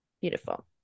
Beautiful